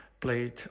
played